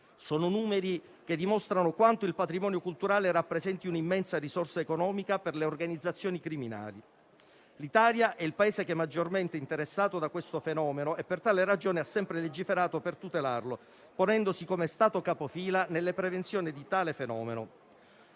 Sono numeri che dimostrano quanto il patrimonio culturale rappresenti un'immensa risorsa economica per le organizzazioni criminali. L'Italia è il Paese maggiormente interessato da questo fenomeno e per tale ragione ha sempre legiferato per tutelare il proprio patrimonio culturale, ponendosi come Stato capofila nella prevenzione degli illeciti.